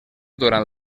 durant